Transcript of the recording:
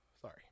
Sorry